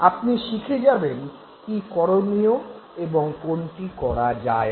আপনি শিখে যাবেন কী করণীয় এবং কোনটি করা যায় না